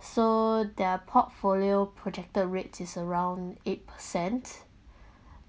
so their portfolio projected rates is around eight percent